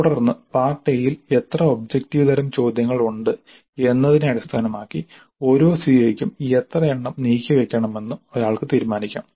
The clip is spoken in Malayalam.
തുടർന്ന് പാർട്ട് എ യിൽ എത്ര ഒബ്ജക്ടീവ് തരം ചോദ്യങ്ങൾ ഉണ്ട് എന്നതിനെ അടിസ്ഥാനമാക്കി ഓരോ സിഒയ്ക്കും എത്രയെണ്ണം നീക്കിവയ്ക്കണമെന്ന് ഒരാൾക്ക് തീരുമാനിക്കാം